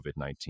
COVID-19